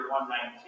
1.19